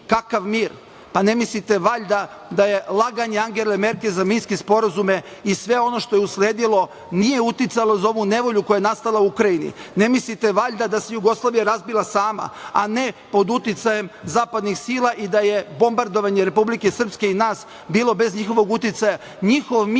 Kakav mir? Ne mislite valjda da laganje Angele Merkel za Minske sporazume i sve ono što je usledilo nije uticalo na ovu nevolju koja je nastala u Ukrajini? Ne mislite valjda da se Jugoslavija razbila sama, a ne pod uticajem zapadnih sila i da je bombardovanje Republike Srpske i nas bilo bez njihovog uticaja?